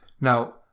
Now